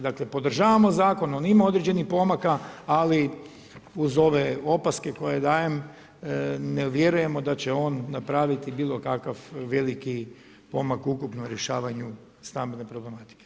Dakle podržavamo zakon, on ima određenih pomaka ali uz ove opaske koje dajem ne vjerujemo da će on napraviti bilo kakav veliki pomak u ukupnom rješavanju stambene problematike.